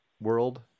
world